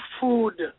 food